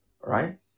Right